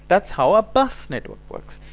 that's how a bus network works!